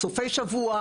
סופי שבוע,